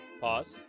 Pause